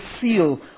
seal